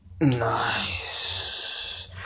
Nice